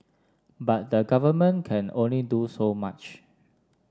but the Government can only do so much